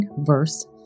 verse